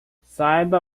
saiba